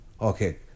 okay